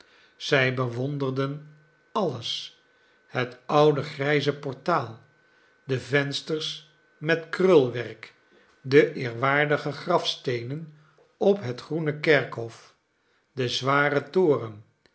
zij bewonderden alles het oude grijze portaal de vensters met krulwerk de eerwaardige grafsteenen op het groene kerkhof den zwaren toren